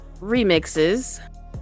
remixes